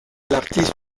l’artiste